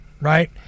right